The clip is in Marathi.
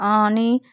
आणि